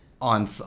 On